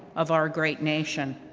of our great nation.